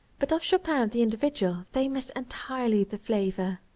but of chopin the individual they missed entirely the flavor.